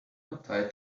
tied